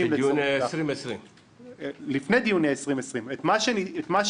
--- לדיוני 2020. לפני דיוני 2020. את מה שיישאר,